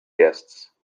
guests